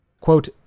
Quote